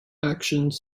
actions